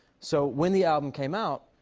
so when the album came out,